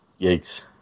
Yikes